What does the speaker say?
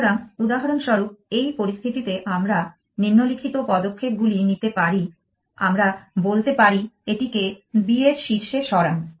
সুতরাং উদাহরণস্বরূপ এই পরিস্থিতিতে আমরা নিম্নলিখিত পদক্ষেপগুলি নিতে পারি আমরা বলতে পারি এটিকে b এর শীর্ষে সরান